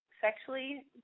sexually